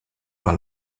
par